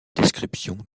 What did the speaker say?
description